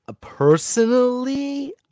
personally